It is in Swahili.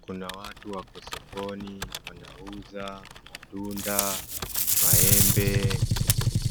Kuna watu wako sokoni wanauza matunda, maembe,